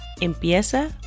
Empieza